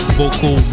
vocal